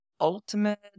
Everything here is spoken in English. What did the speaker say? ultimate